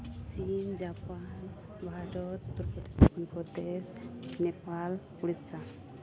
ᱪᱤᱱ ᱡᱟᱯᱟᱱ ᱵᱷᱟᱨᱚᱛ ᱱᱮᱯᱟᱞ ᱳᱰᱤᱥᱟ